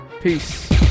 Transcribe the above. peace